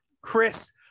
Chris